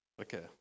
okay